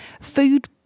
food